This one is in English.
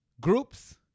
Groups